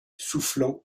soufflant